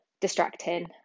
distracting